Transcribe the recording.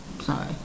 Sorry